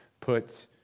Put